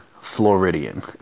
floridian